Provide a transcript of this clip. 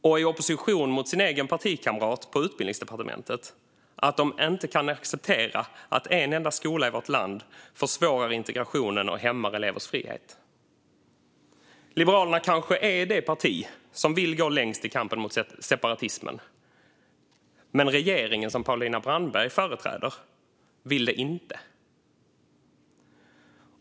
I opposition mot sin egen partikamrat på Utbildningsdepartementet skrev de också att de inte kan acceptera att en enda skola i vårt land försvårar integrationen och hämmar elevers frihet. Liberalerna kanske är det parti som vill gå längst i kampen mot separatismen, men den regering som Paulina Brandberg företräder vill det inte.